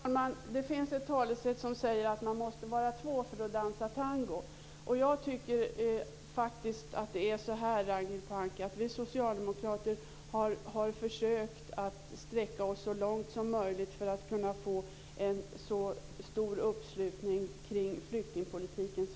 Herr talman! Det finns ett talesätt som säger att man måste vara två för att dansa tango. Vi socialdemokrater har försökt sträcka oss så långt som möjligt för att få en så stor uppslutning som möjligt kring flyktingpolitiken.